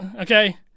okay